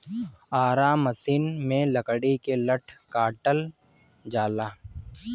आरा मसिन में लकड़ी के लट्ठा काटल जाला